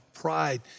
pride